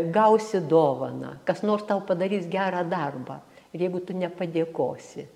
gausi dovaną kas nors tau padarys gerą darbą ir jeigu tu nepadėkosi